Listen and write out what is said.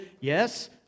yes